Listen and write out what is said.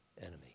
enemy